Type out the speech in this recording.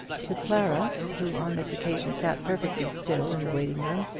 to clara, who on this occasion sat perfectly still in the waiting-room,